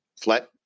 flat